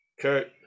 Kurt